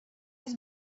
his